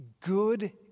Good